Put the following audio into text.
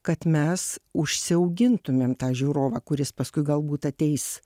kad mes užsiaugintumėm tą žiūrovą kuris paskui galbūt ateis